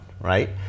right